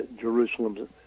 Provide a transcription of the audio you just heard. Jerusalem